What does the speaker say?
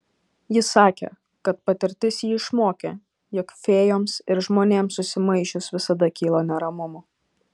jis sakė kad patirtis jį išmokė jog fėjoms ir žmonėms susimaišius visada kyla neramumų